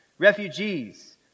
Refugees